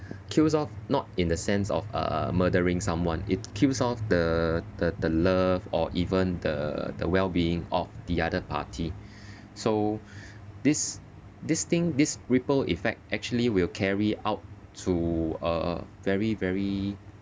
kills off not in the sense of uh murdering someone it kills of the the the love or even the the well being of the other party so this this thing this ripple effect actually will carry out to a very very